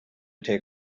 take